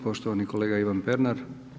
Poštovani kolega Ivan Pernar.